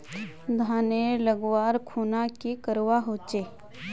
धानेर लगवार खुना की करवा होचे?